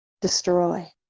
destroy